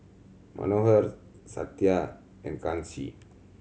Manohar Satya and Kanshi